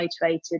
motivated